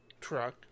truck